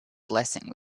blessing